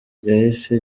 yahise